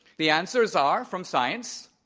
the answers are, from science,